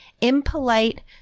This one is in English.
impolite